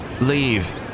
Leave